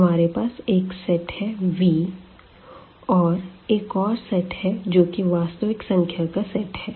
हमारे पास एक सेट है V और एक और सेट है जो की वास्तविक संख्या का सेट है